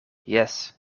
jes